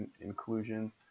inclusion